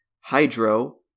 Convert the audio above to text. Hydro